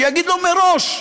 שיגיד לו מראש,